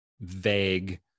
vague